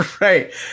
right